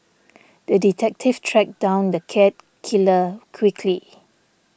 the detective tracked down the cat killer quickly